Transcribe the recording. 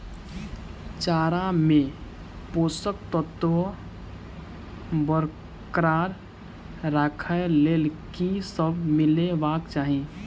चारा मे पोसक तत्व बरकरार राखै लेल की सब मिलेबाक चाहि?